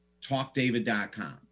talkdavid.com